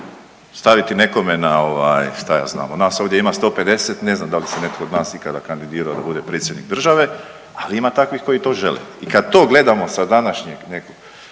staviti nekome na šta ja znam nas ovdje ima 150 ne znam da li se netko od nas ikada kandidirao da bude predsjednik države, ali ima takvih koji to žele. I kad to gledamo sa današnjeg vremena